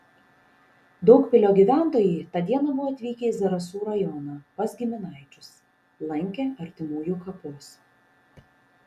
daugpilio gyventojai tą dieną buvo atvykę į zarasų rajoną pas giminaičius lankė artimųjų kapus